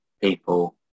people